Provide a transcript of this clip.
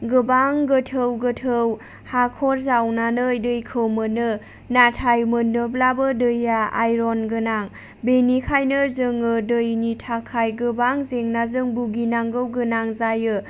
गोबां गोथौ गोथौ हाखर जावनानै दैखौ मोनो नाथाय मोनोब्लाबो दैया आइर'न गोनां बेनिखायनो जोङो दैनि थाखाय गोबां जेंनाजों भुगिनांगौ गोनां जायो